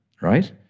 right